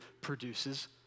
produces